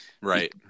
Right